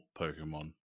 Pokemon